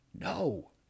No